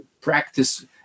practice